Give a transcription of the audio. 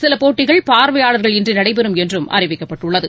சில போட்டிகள் பார்வையாளர்கள் இன்றி நடைபெறும் என்றும் அறிவிக்கப்பட்டுள்ளது